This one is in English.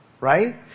Right